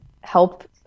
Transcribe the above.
help